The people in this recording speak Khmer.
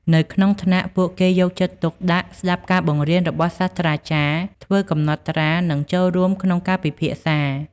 នៅក្នុងថ្នាក់ ពួកគេយកចិត្តទុកដាក់ស្ដាប់ការបង្រៀនរបស់សាស្រ្តាចារ្យ ធ្វើកំណត់ត្រា និងចូលរួមក្នុងការពិភាក្សា។